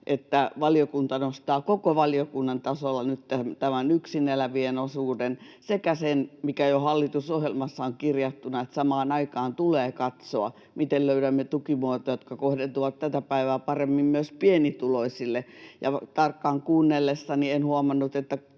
että valiokunta nostaa koko valiokunnan tasolla nyt tämän yksinelävien osuuden sekä sen, mikä jo hallitusohjelmassa on kirjattuna, että samaan aikaan tulee katsoa, miten löydämme tukimuotoja, jotka kohdentuvat tätä päivää paremmin myös pienituloisille. Ja tarkkaan kuunnellessani en huomannut,